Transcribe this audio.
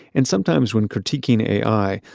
and sometimes when critiquing ai,